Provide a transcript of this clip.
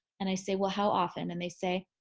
and i say, well, how often? and they say,